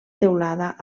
teulada